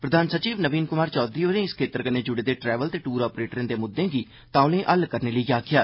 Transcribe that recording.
प्रधान सचिव नवीन कुमार चौधरी होरें इस क्षेत्र कन्ने जुड़े दे ट्रैवल ते टूर आप्रेटरें दे मुद्दें गी तौलें हल करने ले आक्खेया